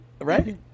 right